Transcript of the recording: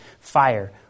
fire